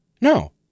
No